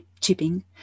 chipping